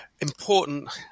important